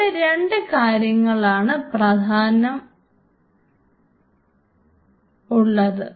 ഇവിടെ രണ്ട് കാര്യങ്ങൾക്കാണ് പ്രാധാന്യം ഉള്ളത്